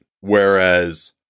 Whereas